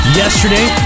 yesterday